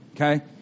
Okay